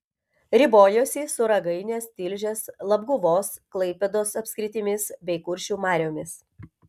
ribojosi su ragainės tilžės labguvos klaipėdos apskritimis bei kuršių mariomis